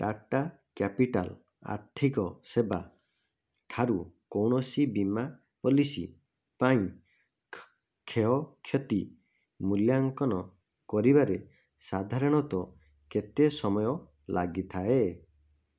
ଟାଟା କ୍ୟାପିଟାଲ୍ ଆର୍ଥିକ ସେବାଠାରୁ କୌଣସି ବୀମା ପଲିସି ପାଇଁ କ୍ଷୟକ୍ଷତି ମୂଲ୍ୟାଙ୍କନ କରିବାରେ ସାଧାରଣତଃ କେତେ ସମୟ ଲାଗିଥାଏ